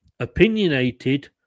opinionated